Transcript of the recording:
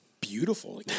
beautiful